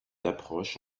d’approche